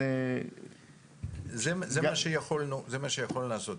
זה מה שיכולנו לעשות.